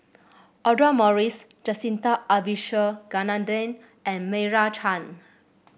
Audra Morrice Jacintha Abisheganaden and Meira Chand